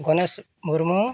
Ganesh Murmu